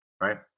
right